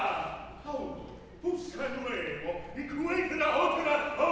oh oh oh